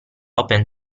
open